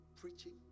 preaching